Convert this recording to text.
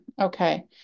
Okay